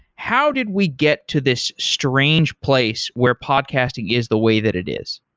how did we get to this strange place where podcasting is the way that it is?